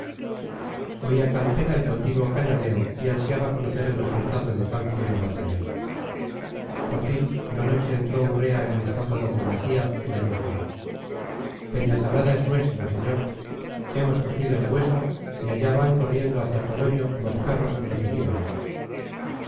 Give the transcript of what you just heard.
oía calpena el continuo cañoneo y ansiaba conocer el resultado de tan fiero batallar por fin una noche entró urrea en el establo donde yacía y le dijo peñacerrada es nuestra señor hemos cogido el hueso y allá van corriendo hacia toloño los perros que lo tenían